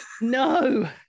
No